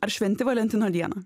ar šventi valentino dieną